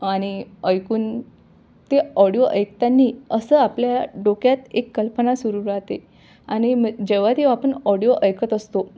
आणि ऐकून ते ऑडिओ ऐकतानी असं आपल्या डोक्यात एक कल्पना सुरू राहते आणि मग जेव्हा तेव्हा आपण ऑडिओ ऐकत असतो